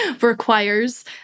requires